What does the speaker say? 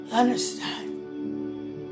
Understand